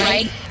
Right